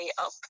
up